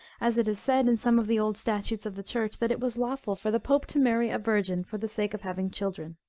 as it is said in some of the old statutes of the church, that it was lawful for the pope to marry a virgin for the sake of having children.